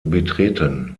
betreten